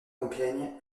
compiègne